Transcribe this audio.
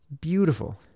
Beautiful